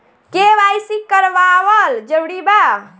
KYC करवावल जरूरी बा?